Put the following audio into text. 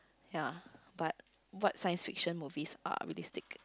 ya but what science fiction movies are realistic